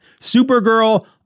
Supergirl